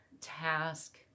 task